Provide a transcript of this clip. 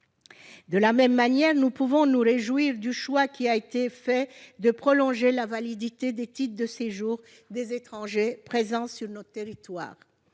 De la même manière, si nous pouvons nous réjouir du choix qui a été fait de prolonger la validité des titres de séjour des étrangers présents sur notre territoire,